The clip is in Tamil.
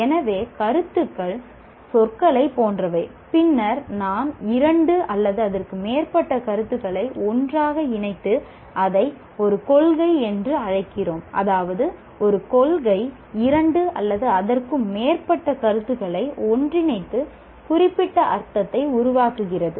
எனவே கருத்துக்கள் சொற்களைப் போன்றவை பின்னர் நாம் இரண்டு அல்லது அதற்கு மேற்பட்ட கருத்துக்களை ஒன்றாக இணைத்து அதை ஒரு கொள்கை என்று அழைக்கிறோம் அதாவது ஒரு கொள்கை இரண்டு அல்லது அதற்கு மேற்பட்ட கருத்துக்களை ஒன்றிணைத்து குறிப்பிட்ட அர்த்தத்தை உருவாக்குகிறது